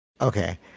Okay